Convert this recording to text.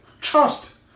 trust